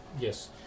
Yes